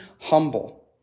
humble